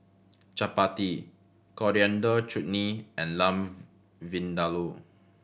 Chapati Coriander Chutney and Lamb Vindaloo